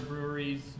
breweries